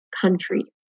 country